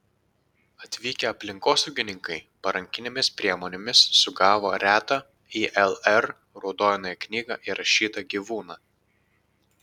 atvykę aplinkosaugininkai parankinėmis priemonėmis sugavo retą į lr raudonąją knygą įrašytą gyvūną